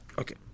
Okay